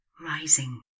rising